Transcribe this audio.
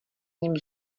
ním